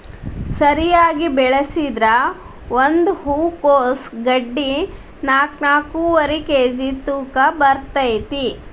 ಸರಿಯಾಗಿ ಬೆಳಸಿದ್ರ ಒಂದ ಹೂಕೋಸ್ ಗಡ್ಡಿ ನಾಕ್ನಾಕ್ಕುವರಿ ಕೇಜಿ ತೂಕ ಬರ್ತೈತಿ